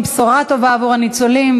עם בשורה טובה עבור הניצולים,